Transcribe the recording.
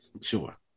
Sure